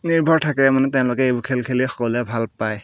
নিৰ্ভৰ থাকে মানে তেওঁলোকে এইবোৰ খেল খেলিয়েই সকলোৱে ভাল পায়